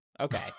okay